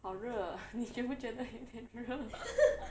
好热你觉觉得有点热